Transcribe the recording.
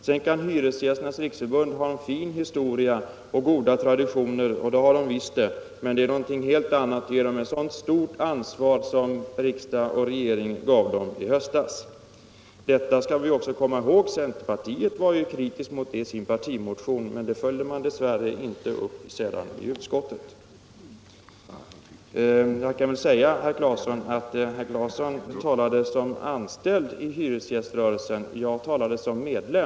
Sedan kari Hyresgästernas riksförbund ha en fin historia och goda traditioner — det har man visst — men det är någonting helt annat än att ge förbundet ett så stort ansvar som riksdag och regering gav det i höstas. Vi skall också komma ihåg att centerpartiet var kritiskt häremot i sin partimotion, men den linjen följde man dess värre inte upp i utskottet. Vi kan säga att herr Claeson talade som anställd i hyresgäströrelsen, medan jag talade som medlem.